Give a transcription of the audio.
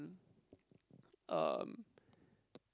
um